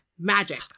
magic